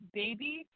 baby